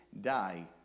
die